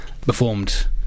performed